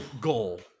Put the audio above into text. Goal